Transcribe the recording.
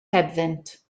hebddynt